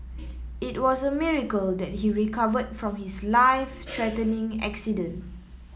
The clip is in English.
it was a miracle that he recovered from his life threatening accident